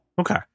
Okay